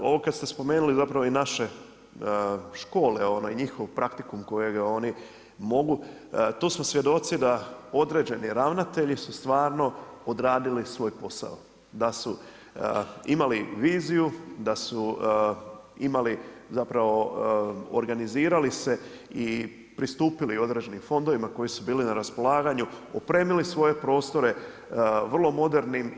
Ovo kad ste spomenuli zapravo i naše škole i njihov praktikum kojega oni mogu tu smo svjedoci da određeni ravnatelji su stvarno odradili svoj posao, da su imali viziju, da su imali zapravo organizirali se i pristupili određenim fondovima koji su bili na raspolaganju, opremili svoje prostore vrlo modernim.